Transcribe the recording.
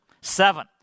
Seven